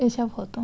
এসব হতো